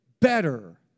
better